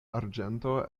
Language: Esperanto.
arĝento